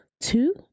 Two